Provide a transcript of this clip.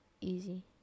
easy